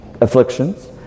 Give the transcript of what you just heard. afflictions